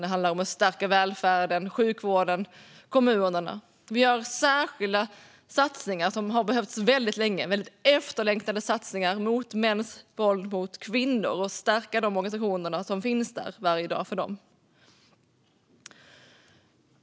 Det handlar om att stärka välfärden, sjukvården och kommunerna. Vi gör särskilda efterlängtade satsningar mot mäns våld mot kvinnor, det vill säga stärker de organisationer som finns där varje dag för dem.